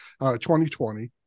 2020